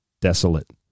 desolate